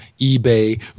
ebay